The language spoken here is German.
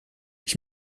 ich